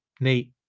Neat